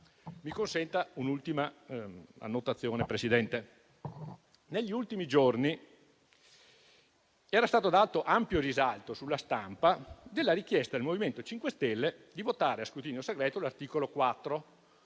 mi consenta un'ultima annotazione. Negli ultimi giorni era stato dato ampio risalto sulla stampa alla richiesta del MoVimento 5 Stelle di votare a scrutinio segreto l'articolo 4